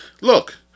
Look